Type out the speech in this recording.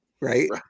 Right